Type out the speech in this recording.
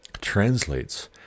translates